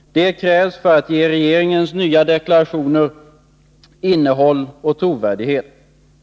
Det krävs för att ge regeringens nya deklarationer innehåll och trovärdighet.